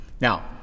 Now